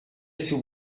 sous